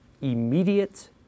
immediate